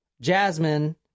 Jasmine